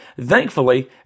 Thankfully